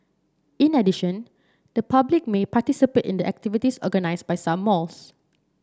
in addition the public may participate in the activities organised by some malls